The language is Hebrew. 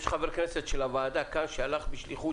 יש חבר כנסת של הוועדה כאן שהלך בשליחות